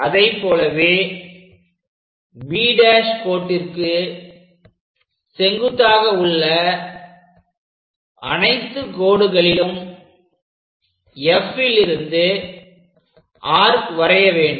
அதைப் போலவே B' கோட்டிற்கு செங்குத்தாக உள்ள அனைத்து கோடுகளிலும் Fல் இருந்து ஆர்க் வரைய வேண்டும்